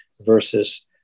versus